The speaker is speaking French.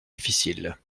difficiles